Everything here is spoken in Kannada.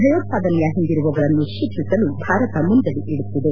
ಭಯೋತ್ಪಾದನೆ ಹಿಂದಿರುವವರನ್ನು ಶಿಕ್ಷಿಸಲು ಭಾರತ ಮುಂದಡಿ ಇಡುತ್ತಿದೆ